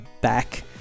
back